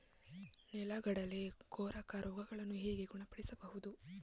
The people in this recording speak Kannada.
ನೆಲಗಡಲೆ ಕೊರಕ ರೋಗವನ್ನು ಹೇಗೆ ಗುಣಪಡಿಸಬಹುದು?